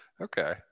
Okay